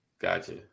Gotcha